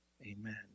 amen